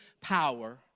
power